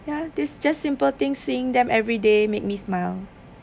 ya this just simple thing seeing them everyday make me smile